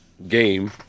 Game